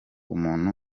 umuntu